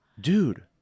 dude